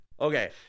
Okay